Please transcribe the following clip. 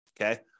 Okay